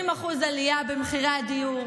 20% עלייה במחירי הדיור,